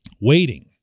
Waiting